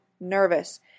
nervous